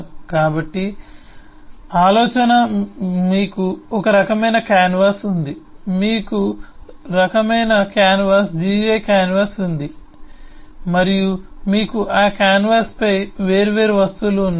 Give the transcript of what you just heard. కాబట్టి ఆలోచన మీకు ఒక రకమైన కాన్వాస్ ఉంది మీకు రకమైన కాన్వాస్ gui కాన్వాస్ ఉంది మరియు మీకు ఆ కాన్వాస్పై వేర్వేరు వస్తువులు ఉన్నాయి